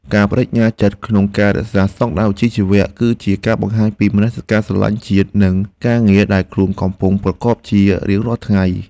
ការប្តេជ្ញាចិត្តក្នុងការរក្សាស្តង់ដារវិជ្ជាជីវៈគឺជាការបង្ហាញពីមនសិការស្រឡាញ់ជាតិនិងការងារដែលខ្លួនកំពុងប្រកបជារៀងរាល់ថ្ងៃ។